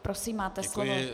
Prosím, máte slovo.